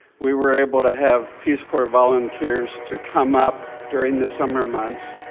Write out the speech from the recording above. we were able to have peace corps volunteers to come up during the summer months,